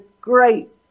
great